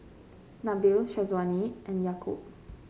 Nabil Syazwani and Yaakob